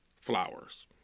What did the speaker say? flowers